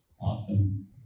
Awesome